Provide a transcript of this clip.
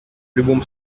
любом